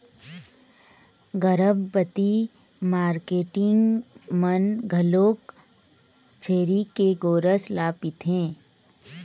गरभबती marketing मन घलोक छेरी के गोरस ल पिथें